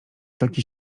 taki